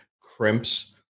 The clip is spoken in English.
crimps